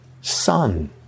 son